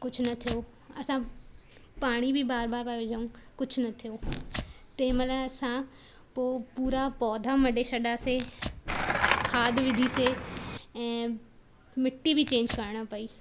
कुझु न थियो असां पाणी बि बार बार बार पिया विझूं कुझु न थियो तेमहिल असां पोि पूरा पौधा मटे छॾियासीं खाद विधीसीं ऐं मिटी बि चेंज करणु पई